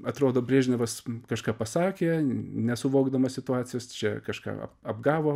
atrodo brežnevas kažką pasakė nesuvokdamas situacijos čia kažką apgavo